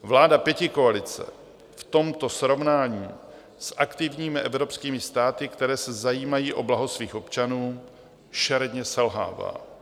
Vláda pětikoalice v tomto srovnání s aktivními evropskými státy, které se zajímají o blaho svých občanů, šeredně selhává.